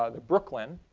ah the brooklyn.